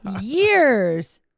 years